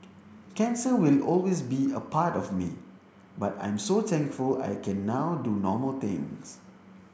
cancer will always be a part of me but I'm so thankful I can now do normal things